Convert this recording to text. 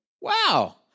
wow